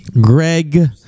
Greg